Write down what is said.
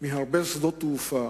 מזו של הרבה שדות תעופה,